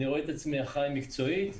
אני רואה את עצמי אחראי מקצועית.